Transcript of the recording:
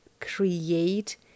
create